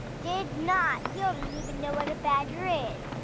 did not! you don't even know what a badger is.